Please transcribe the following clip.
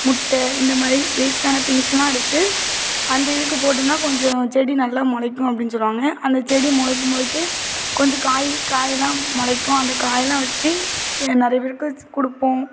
முட்டை இந்த மாதிரி வேஸ்ட்டான திங்க்ஸ்லாம் எடுத்து அந்த இதுக்கு போட்டம்னால் கொஞ்சம் செடி நல்லா முளைக்கும் அப்படின்னு சொல்வாங்க அந்த செடி முளைக்க முளைக்க கொஞ்சம் காய் காய்லாம் முளைக்கும் அந்த காய்லாம் வச்சு நிறைய பேருக்கு வச்சு கொடுப்போம்